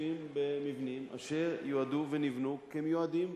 מצויים במבנים אשר יועדו ונבנו כמיועדים